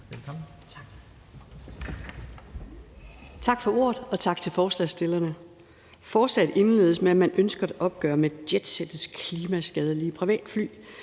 Velkommen.